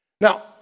Now